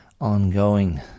ongoing